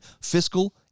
fiscal